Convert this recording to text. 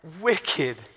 wicked